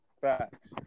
Facts